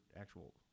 actual